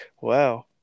wow